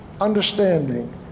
understanding